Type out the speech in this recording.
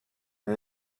now